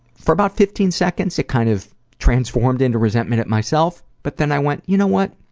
for about fifteen seconds it kind of transformed into resentment at myself but then i went, you know what?